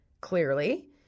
clearly